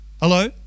hello